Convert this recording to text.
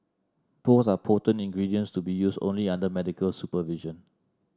both are potent ingredients to be used only under medical supervision